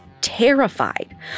terrified